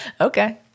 Okay